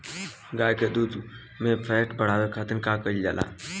गाय के दूध में फैट बढ़ावे खातिर का कइल जाला?